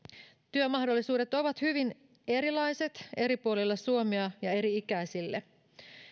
työmahdollisuudet ovat hyvin erilaiset eri puolilla suomea ja eri ikäisille